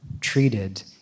treated